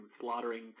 slaughtering